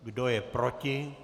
Kdo je proti?